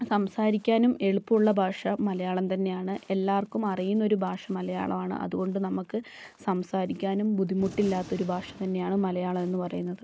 സംസാരിക്കാനും എളുപ്പമുള്ള ഭാഷ മലയാളം തന്നെയാണ് എല്ലാവർക്കും അറിയുന്ന ഒരു ഭാഷ മലയാളമാണ് അതുകൊണ്ട് നമുക്ക് സംസാരിക്കാനും ബുദ്ധിമുട്ടില്ലാത്ത ഒരു ഭാഷ തന്നെയാണ് മലയാളം എന്ന് പറയുന്നത്